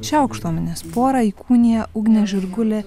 šią aukštuomenės porą įkūnija ugnė žirgulė